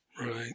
Right